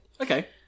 Okay